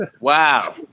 Wow